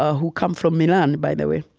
ah who come from milan, by the way.